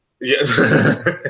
Yes